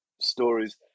stories